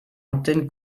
antenne